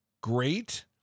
great